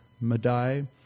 Madai